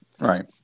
Right